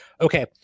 Okay